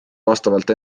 vastavalt